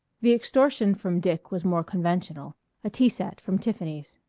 the extortion from dick was more conventional a tea set from tiffany's.